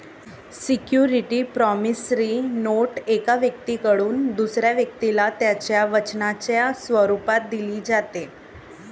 security promissory note एका व्यक्तीकडून दुसऱ्या व्यक्तीला त्याच्या वचनाच्या स्वरूपात दिली जाते